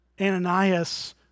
Ananias